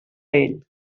ell